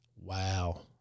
Wow